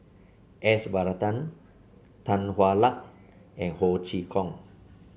S Varathan Tan Hwa Luck and Ho Chee Kong